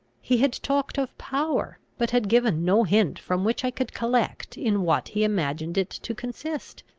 he had talked of power, but had given no hint from which i could collect in what he imagined it to consist.